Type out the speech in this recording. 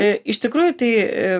iš tikrųjų tai